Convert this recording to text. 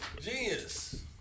Genius